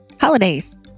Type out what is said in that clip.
Holidays